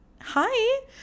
Hi